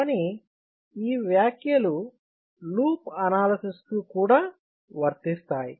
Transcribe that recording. కానీ ఈ వ్యాఖ్యలు లూప్ అనాలిసిస్ కు కూడా వర్తిస్తాయి